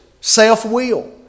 Self-will